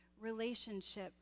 relationship